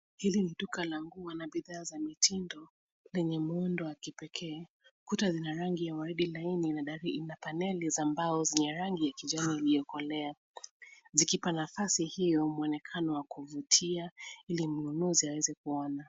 Hili ni duka la nguo na bidhaa za mitindo lenye muundo wa kipekee. Kuta zina rangi ya waridi, ndani yenye dari za paneli za mbao zenye rangi ya kijani iliyokolea, zikiipa nafasi hiyo muonekano wa kuvutia ili mnunuzi aweze kuona.